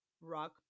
rock